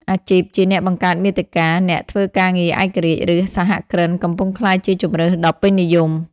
អាជីពជា អ្នកបង្កើតមាតិកា អ្នកធ្វើការឯករាជ្យ ឬ សហគ្រិន កំពុងក្លាយជាជម្រើសដ៏ពេញនិយម។